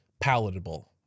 palatable